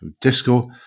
disco